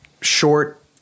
short